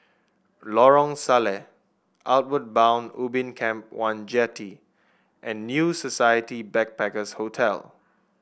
Lorong Salleh Outward Bound Ubin Camp One Jetty and New Society Backpackers' Hotel